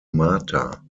marta